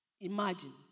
Imagine